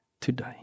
today